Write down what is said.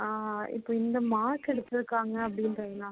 ஆ இப்போ இந்த மார்க் எடுத்துருக்காங்க அப்படின்றதுனால்